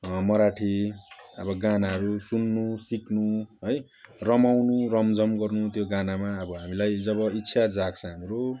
मराठी हाम्रो गानाहरू सुन्नु सिक्नु है रमाउनु रमझम गर्नु त्यो गानामा अब हामीलाई जब इच्छा जाग्छ हाम्रो